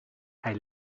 hij